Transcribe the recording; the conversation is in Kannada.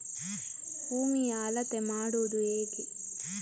ಭೂಮಿಯ ಅಳತೆ ಮಾಡುವುದು ಹೇಗೆ?